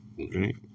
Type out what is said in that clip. Okay